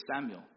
Samuel